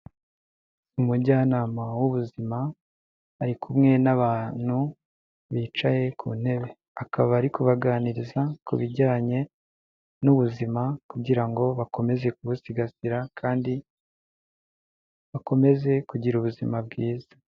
Umujyanama w'ubuzima ari kumwe n'abantu bicaye ku ntebe, akaba ari kubaganiriza ku bijyanye nubu ubuzima kugira ngo bakomeze kubusigasira kandi bakomeze kugira ubuzima bwiza.